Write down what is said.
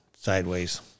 sideways